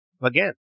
again